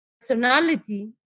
personality